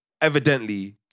evidently